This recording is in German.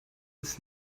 ist